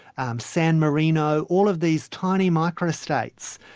um san marino, all of these tiny micro-states,